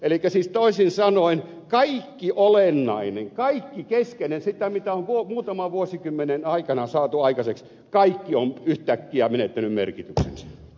elikkä siis toisin sanoen kaikki olennainen kaikki keskeinen se mitä on muutaman vuosikymmenen aikana saatu aikaiseksi kaikki on yhtäkkiä menettänyt merkityksensä